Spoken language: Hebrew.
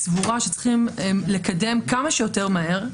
סבורה שצריכים לקדם כמה שיותר מהר,